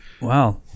Wow